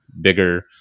bigger